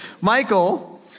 Michael